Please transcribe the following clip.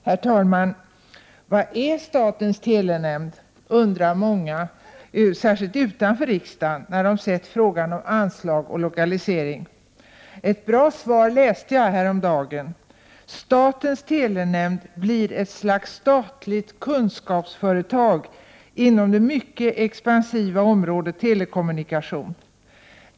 Herr talman! Vad är statens telenämnd? undrar många särskilt utanför riksdagen när de sett frågan om anslag och lokalisering. Ett bra svar läste jag häromdagen: statens telenämnd blir ett slags statligt kunskapsföretag inom det mycket expansiva området telekommunikation.